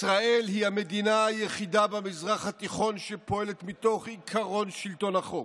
ישראל היא המדינה היחידה במזרח התיכון שפועלת מתוך עקרון שלטון החוק.